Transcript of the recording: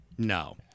No